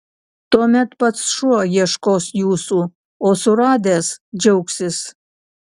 tuomet pats šuo ieškos jūsų o suradęs džiaugsis